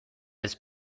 its